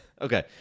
Okay